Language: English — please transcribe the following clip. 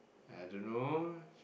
I don't know